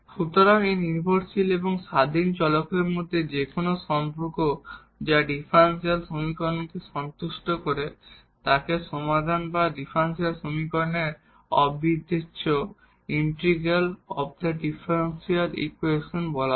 সুতরাং এই ডিপেন্ডেট এবং ইন্ডিপেন্ডেন্ট ভেরিয়েবল এর মধ্যে যে কোন সম্পর্ক যা ডিফারেনশিয়াল সমীকরণকে সন্তুষ্ট করে তাকে সমাধান বা ডিফারেনশিয়াল সমীকরণের অবিচ্ছেদ্য বলা হয়